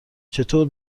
چطور